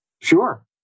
Sure